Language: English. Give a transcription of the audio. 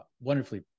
Wonderfully